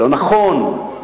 לא נכון.